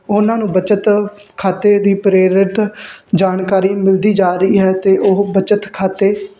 ਉਹਨਾਂ ਨੂੰ ਬੱਚਤ ਖਾਤੇ ਦੀ ਪ੍ਰੇਰਿਤ ਜਾਣਕਾਰੀ ਮਿਲਦੀ ਜਾ ਰਹੀ ਹੈ ਅਤੇ ਉਹ ਬੱਚਤ ਖਾਤੇ